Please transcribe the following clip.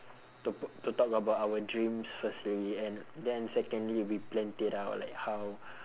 to to talk about our dreams firstly and then secondly we planned it out like how